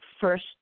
first